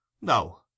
No